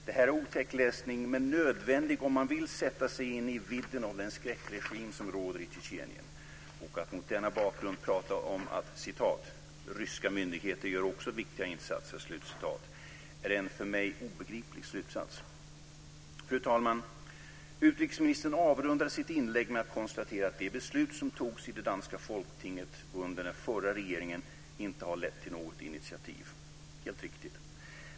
Det är otäck läsning, men den är nödvändig om man vill sätta sig in i den skräckregim som råder i Tjetjenien. Att mot denna bakgrund prata om att ryska myndigheter också gör viktiga insatser är för mig obegripligt. Fru talman! Utrikesministern avrundade sitt inlägg med att konstatera att det beslut som togs i det danska Folketinget under den förra regeringen inte har lett till något initiativ. Det är helt riktigt.